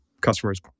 customers